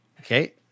okay